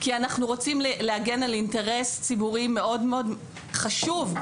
כי אנחנו רוצים להגן על אינטרס ציבורי מאוד-מאוד חשוב,